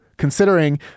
Considering